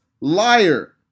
liar